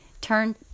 turn